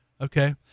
Okay